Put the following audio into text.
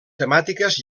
temàtiques